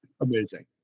Amazing